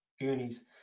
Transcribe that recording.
goonies